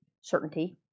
certainty